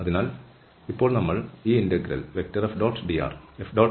അതിനാൽ ഇപ്പോൾ നമ്മൾ ഈ ഇന്റഗ്രൽ F